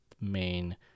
main